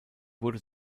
wurde